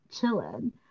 chilling